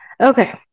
Okay